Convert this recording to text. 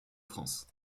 france